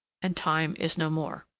and time is no more.